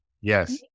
Yes